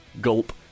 Gulp